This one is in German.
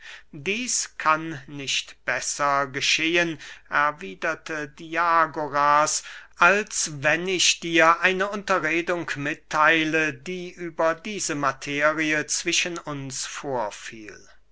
dieß kann nicht besser geschehen erwiederte diagoras als wenn ich dir eine unterredung mittheile die über diese materie zwischen uns vorfiel